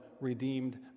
redeemed